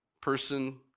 Person